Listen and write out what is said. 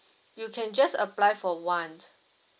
you can just apply for one